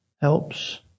Helps